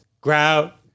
Grout